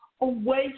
away